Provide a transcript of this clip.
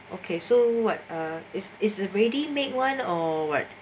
okay so what uh is is already make one or what